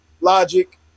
logic